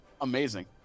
amazing